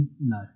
No